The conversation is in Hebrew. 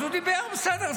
אז הוא דיבר, בסדר.